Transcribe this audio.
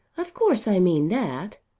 of course i mean that.